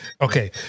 Okay